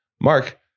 mark